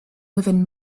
within